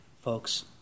folks